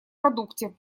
продукте